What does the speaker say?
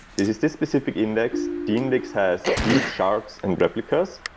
this is this specific index. the index has these shards and replicas,